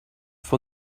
for